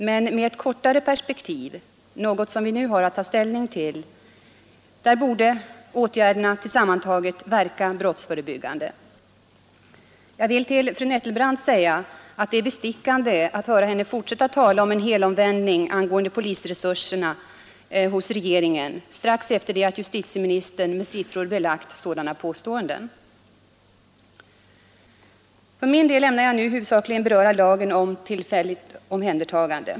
Men med ett kortare perspektiv — något som vi nu har att ta ställning till — borde åtgärderna tillsammantagna verka brottsförebyggande. Jag vill med anledning av fru Nettelbrandts anförande säga att det är typiskt att hon fortsätter att tala om en helomvändning av regeringen angående polisresurserna strax efter det att justitieministern med siffror vederlagt sådana påståenden. För min del ämnar jag nu huvudsakligen beröra lagen om tillfälligt omhändertagande.